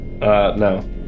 no